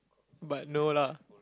but no lah